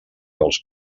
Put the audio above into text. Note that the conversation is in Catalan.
els